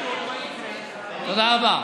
תודה רבה.